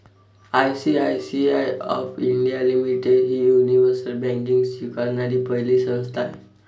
ICICI of India limited ही universal banking स्वीकारणारी पहिली संस्था आहे